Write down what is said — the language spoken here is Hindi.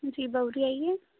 जी